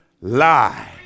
lie